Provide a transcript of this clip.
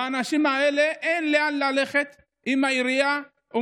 לאנשים האלה אין לאן ללכת אם העירייה או